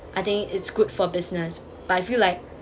I think it's good for business but I feel like